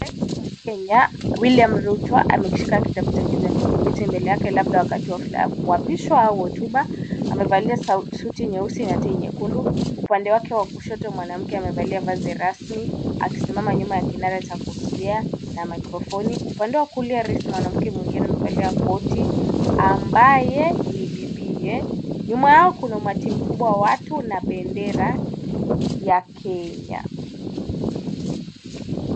Rais wa Kenya, Willia Ruto amekishika kitabu chake cha mkimbiti mbele yake labda katika hafla yakuapishwa au hotuba. Amevalia suti nyeusi na tai nyekundu. Upande wake wa kushoto mwanamke amevalia vazi rasmi akisimama nyuma ya kinara cha kutumia na mikrofoni. Upande wa kulia wa rais mwanamke mwingine amevalia koti ambaye ni bibiye. Nyuma yao matimu kubwa ya watu na mabendera ya Kenya.